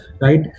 Right